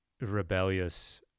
rebellious